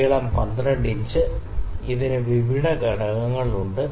നീളം 12 ഇഞ്ച് ഇതിന് വിവിധ ഘടകങ്ങളുണ്ട്